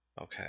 Okay